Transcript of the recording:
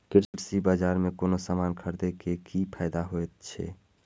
कृषि बाजार में कोनो सामान खरीदे के कि फायदा होयत छै?